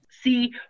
See